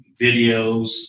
videos